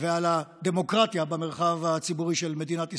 ועל הדמוקרטיה במרחב הציבורי של מדינת ישראל.